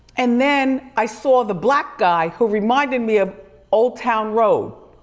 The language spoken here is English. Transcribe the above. and then i saw the black guy who reminded me of old town road.